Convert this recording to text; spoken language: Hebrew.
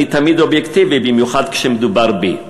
אני תמיד אובייקטיבי במיוחד כשמדובר בי.